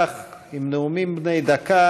שעה 16:00 תוכן העניינים נאומים בני דקה